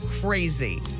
crazy